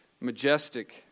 majestic